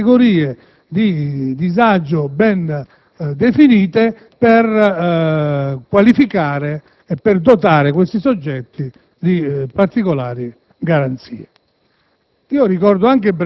e individuando categorie di disagio ben definite per qualificare e per dotare questi soggetti di particolari garanzie.